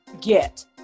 get